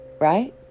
right